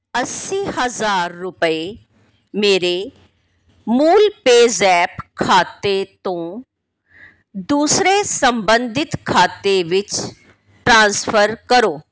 ਅੱਸੀ ਹਜ਼ਾਰ ਰੁਪਏ ਮੇਰੇ ਮੂਲ ਪੇਜ਼ੈਪ ਖਾਤੇ ਤੋਂ ਦੂਸਰੇ ਸੰਬੰਧਿਤ ਖਾਤੇ ਵਿੱਚ ਟ੍ਰਾਂਸਫਰ ਕਰੋ